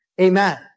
Amen